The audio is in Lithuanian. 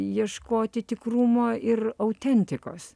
ieškoti tikrumo ir autentikos